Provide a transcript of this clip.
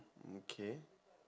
mm K